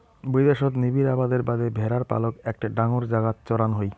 বৈদ্যাশত নিবিড় আবাদের বাদে ভ্যাড়ার পালক একটা ডাঙর জাগাত চড়ান হই